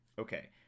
Okay